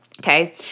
okay